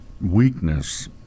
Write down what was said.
weakness